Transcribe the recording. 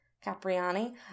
Capriani